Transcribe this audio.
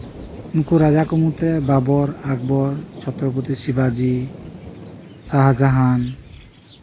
ᱩᱱᱠᱩ ᱨᱟᱡᱟ ᱠᱚ ᱢᱚᱫᱽᱫᱷᱮ ᱵᱟᱵᱟᱨ ᱟᱠᱵᱚᱨ ᱪᱷᱚᱛᱨᱚᱯᱚᱛᱤ ᱥᱤᱵᱟᱡᱤ ᱥᱟᱦᱟᱡᱟᱦᱟᱱ